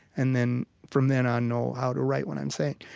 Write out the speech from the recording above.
and then from then on know how to write what i'm saying.